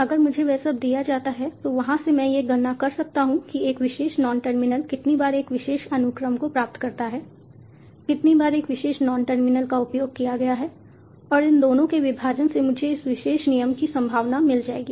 अगर मुझे वह सब दिया जाता है तो वहां से मैं यह गणना कर सकता हूं कि एक विशेष नॉन टर्मिनल कितनी बार एक विशेष अनुक्रम को प्राप्त करता है कितनी बार एक विशेष नॉन टर्मिनल का उपयोग किया गया है और इन दोनों के विभाजन से मुझे इस विशेष नियम की संभावना मिल जाएगी